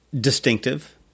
distinctive